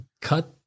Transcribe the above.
cut